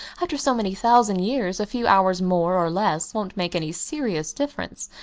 after so many thousand years, a few hours more or less won't make any serious difference.